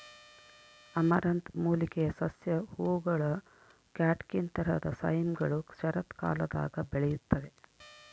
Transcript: amaranth ಮೂಲಿಕೆಯ ಸಸ್ಯ ಹೂವುಗಳ ಕ್ಯಾಟ್ಕಿನ್ ತರಹದ ಸೈಮ್ಗಳು ಶರತ್ಕಾಲದಾಗ ಬೆಳೆಯುತ್ತವೆ